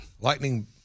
lightning